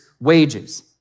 wages